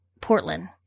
Portland